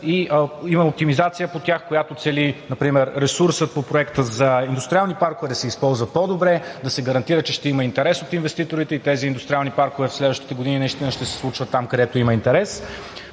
има оптимизация по тях, която цели например ресурсът по Проекта за индустриални паркове да се използва по-добре, да се гарантира, че ще има интерес от инвеститорите, и тези индустриални паркове в следващите години наистина ще се случват там, където има интерес.